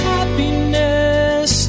Happiness